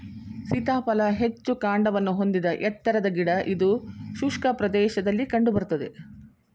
ಸೀತಾಫಲ ಹೆಚ್ಚು ಕಾಂಡವನ್ನು ಹೊಂದಿದ ಎತ್ತರದ ಗಿಡ ಇದು ಶುಷ್ಕ ಪ್ರದೇಶದಲ್ಲಿ ಕಂಡು ಬರ್ತದೆ